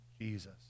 Jesus